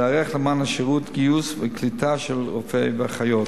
היערכות למתן השירות וגיוס וקליטה של רופאים ואחיות.